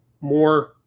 more